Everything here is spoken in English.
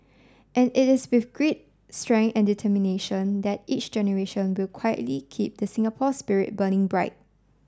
and it is with grit strength and determination that each generation will quietly keep the Singapore spirit burning bright